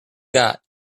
got